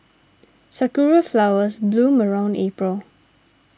sakura flowers bloom around April